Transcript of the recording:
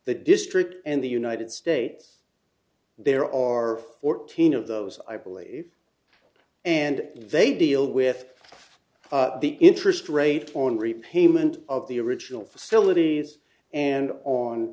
the district and the united states there are fourteen of those i believe and they deal with the interest rate loan repayment of the original facilities and on